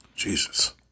Jesus